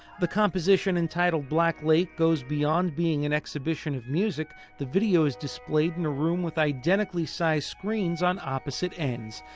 the composition entitled black lake goes beyond being an exhibition of music. the video is displayed in a room with identically sized screens on opposite ends.